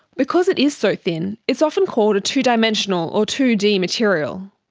because it is so thin, it's often called a two-dimensional or two d material,